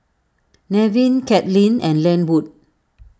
Nevin Caitlynn and Lenwood